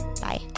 Bye